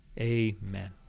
Amen